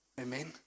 Amen